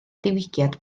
diwygiad